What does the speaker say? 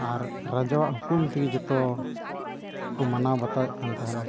ᱟᱨ ᱨᱟᱡᱟᱣᱟᱜ ᱦᱩᱠᱩᱢ ᱛᱮᱜᱮ ᱡᱚᱛᱚ ᱠᱚ ᱢᱟᱱᱟᱣ ᱵᱟᱛᱟᱣᱮᱫ ᱠᱟᱱ ᱛᱟᱦᱮᱱᱟ